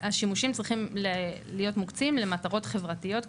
שהשימושים צריכים להיות מוקצים למטרות חברתיות,